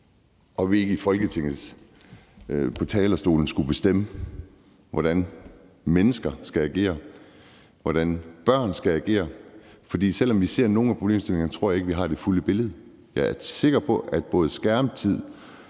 og vi ikke i Folketinget fra talerstolen skulle bestemme, og hvordan mennesker skal agere, hvordan børn skal agere. For selv om vi ser nogle af problemstillingerne, tror jeg ikke, at vi har det fulde billede. Jeg er sikker på, at både skærmtid